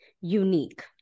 unique